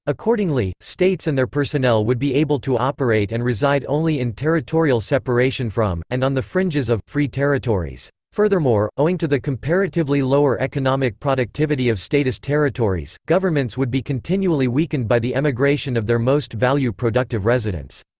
accordingly, states and their personnel would be able to operate and reside only in territorial separation from, and on the fringes of, free territories. furthermore, owing to the comparatively lower economic productivity of statist territories, governments would be continually weakened by the emigration of their most value-productive residents.